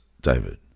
David